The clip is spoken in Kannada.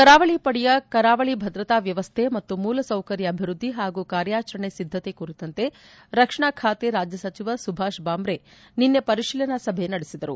ಕರಾವಳಿ ಪಡೆಯ ಕರಾವಳಿ ಭದ್ರತಾ ವ್ಯವಸ್ಥೆ ಮತ್ತು ಮೂಲಸೌಕರ್ಯ ಅಭಿವೃದ್ದಿ ಹಾಗೂ ಕಾರ್ಯಾಚರಣೆ ಸಿದ್ದತೆ ಕುರಿತಂತೆ ರಕ್ಷಣಾ ಖಾತೆ ರಾಜ್ಯ ಸಚಿವ ಸುಭಾಷ್ ಬಾಂಬ್ರೆ ನಿನ್ನೆ ಪರಿಶೀಲನಾ ಸಭೆ ನಡೆಸಿದರು